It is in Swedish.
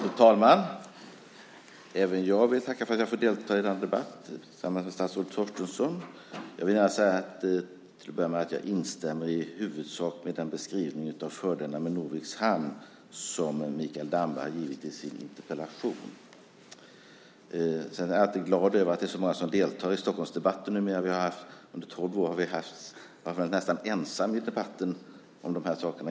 Fru talman! Även jag vill tacka för att jag får delta i denna debatt med statsrådet Torstensson. Jag instämmer i huvudsak i den beskrivning av fördelarna med Norviks hamn som Mikael Damberg ger i sin interpellation. Jag är glad över att det är så många som deltar i Stockholmsdebatten numera. Under tidigare år har jag varit nästan ensam i debatten i dessa frågor.